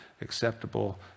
acceptable